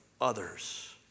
others